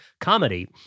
comedy